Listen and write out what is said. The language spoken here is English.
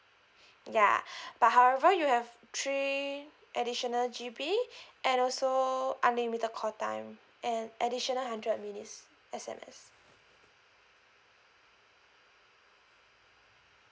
ya but however you have three additional G_B and also unlimited call time and additional hundred minutes S_M_S